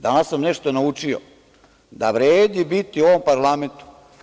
Danas sam nešto naučio, da vredi biti u ovom parlamentu.